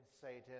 Satan